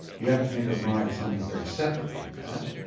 you have to think of mind as something very separate from that